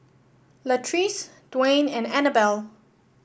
Latrice Dwaine and Annabell